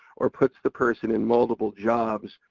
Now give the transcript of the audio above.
or puts the person in multiple jobs,